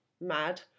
mad